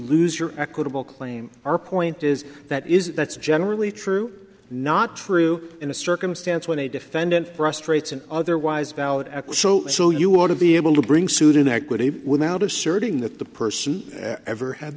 lose your equitable claim our point is that is that's generally true not true in a circumstance when a defendant frustrates an otherwise valid so you ought to be able to bring suit in equity without asserting that the person ever had